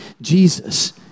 Jesus